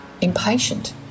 impatient